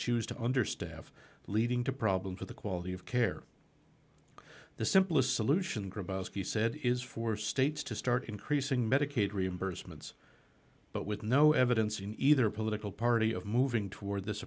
choose to understaffed leading to problems with the quality of care the simplest solution grabowski said is for states to start increasing medicaid reimbursements but with no evidence in either political party of moving toward this